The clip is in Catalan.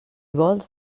vols